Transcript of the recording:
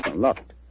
Locked